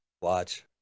Watch